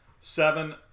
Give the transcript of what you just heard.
Seven